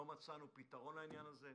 לא מצאנו פתרון לעניין הזה.